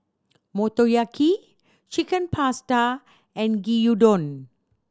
Motoyaki Chicken Pasta and Gyudon